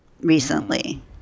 recently